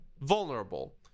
Vulnerable